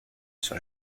sur